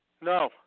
No